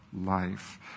life